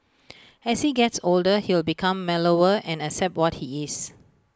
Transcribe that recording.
as he gets older he'll become mellower and accept what he is